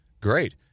great